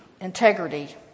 integrity